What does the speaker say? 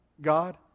God